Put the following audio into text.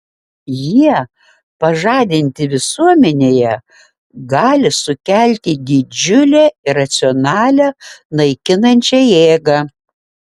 jie pažadinti visuomenėje gali sukelti didžiulę iracionalią naikinančią jėgą